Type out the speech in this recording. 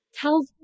tell